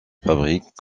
fabriquent